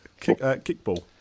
Kickball